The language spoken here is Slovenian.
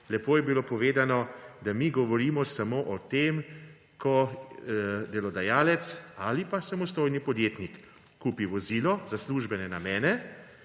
Lepo je bilo povedano, da mi govorimo samo o tem, da ko delodajalec ali pa samostojni podjetnik kupi vozilo za službene namene